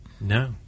No